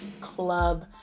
club